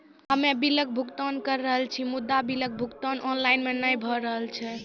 हम्मे बिलक भुगतान के रहल छी मुदा, बिलक भुगतान ऑनलाइन नै भऽ रहल छै?